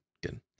good